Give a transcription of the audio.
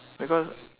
because